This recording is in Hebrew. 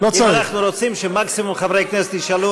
אם אנחנו רוצים שמקסימום חברי כנסת ישאלו,